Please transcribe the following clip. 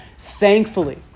thankfully